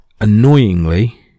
Annoyingly